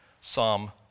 Psalm